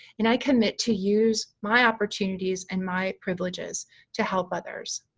and i commit to use my opportunities and my privileges to help others.